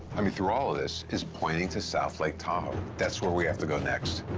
i mean, through all of this, is pointing to south lake tahoe. that's where we have to go next.